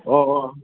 अ अ